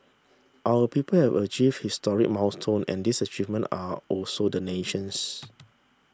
our people have achieve historic milestone and these achievement are also the nation's